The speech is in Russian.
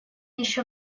еще